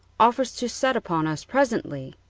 offers to set upon us presently.